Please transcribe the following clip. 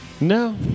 No